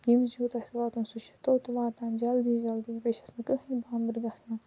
ییٚمِس یوٚت آسہِ واتُن سُہ چھُ توٚت واتان جلدی جلدی بیٚیہِ چھَس نہٕ کٕہیٖنٛۍ بامبر گَژھان